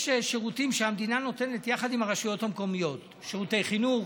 יש שירותים שהמדינה נותנת יחד עם הרשויות המקומיות: שירותי חינוך,